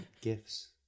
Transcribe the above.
gifts